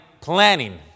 planning